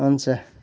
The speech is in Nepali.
हुन्छ